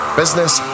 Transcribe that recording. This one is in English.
business